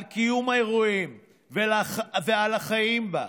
על קיום האירועים ועל החיים בה.